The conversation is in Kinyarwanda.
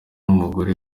umugore